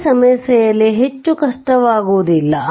ಈ ಸಮಸ್ಯೆಯಲ್ಲಿ ಹೆಚ್ಚು ಕಷ್ಟವಾಗುವುದಿಲ್ಲ